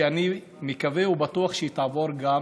ואני מקווה ובטוח שהיא תעבור גם